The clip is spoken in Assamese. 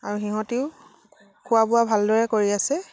আৰু সিহঁতিও খোৱা বোৱা ভালদৰে কৰি আছে